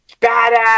badass